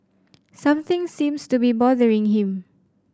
something seems to be bothering him